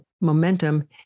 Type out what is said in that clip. momentum